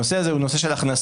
הנושא הזה הוא נושא של הכנסות,